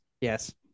Yes